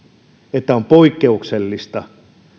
että on poikkeuksellista